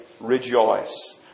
Rejoice